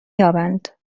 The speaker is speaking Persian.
یابند